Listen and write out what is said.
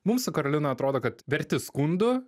mum su karolina atrodo kad verti skundų